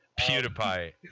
PewDiePie